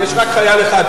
ויש רק חייל אחד,